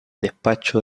despacho